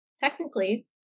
Technically